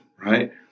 Right